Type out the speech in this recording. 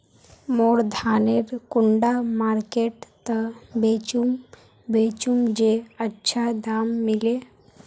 मोर धानेर कुंडा मार्केट त बेचुम बेचुम जे अच्छा दाम मिले?